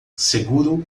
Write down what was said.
seguro